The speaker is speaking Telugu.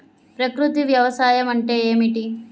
ప్రకృతి వ్యవసాయం అంటే ఏమిటి?